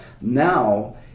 now